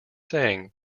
saying